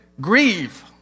grieve